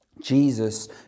Jesus